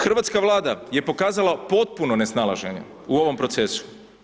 Hrvatska Vlada je pokazala potpuno nesnalaženje u ovom procesu.